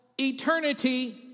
eternity